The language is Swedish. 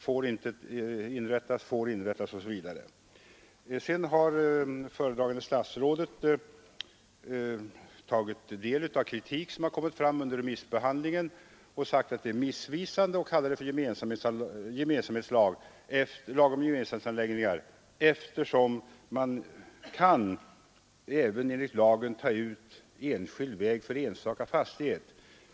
Föredragande statsråd har tagit del av kritik som kommit fram under remissbehandlingen och sagt att det är missvisande att kalla lagen för lag om gemensamhetsanläggningar eftersom man, enligt lagen, även kan ta ut enskild väg för enstaka fastighet.